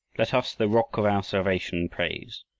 let us the rock of our salvation praise.